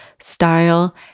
style